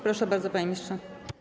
Proszę bardzo, panie ministrze.